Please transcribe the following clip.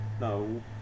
no